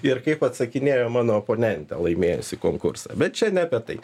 ir kaip atsakinėjo mano oponentė laimėjusi konkursą bet čia ne apie tai